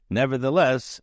nevertheless